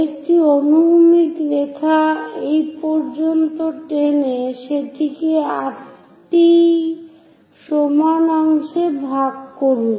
একটি অনুভূমিক রেখা এই পর্যন্ত টেনে সেটিকেও 8 টি সমান অংশে ভাগ করুন